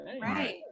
Right